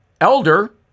Elder